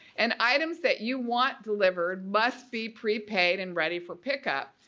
and items that you want delivered must be prepaid and ready for pickup.